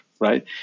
Right